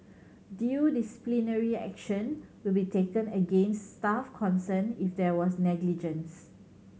due disciplinary action will be taken against staff concerned if there was negligence